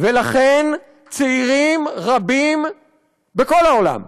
ולכן צעירים רבים בכל העולם,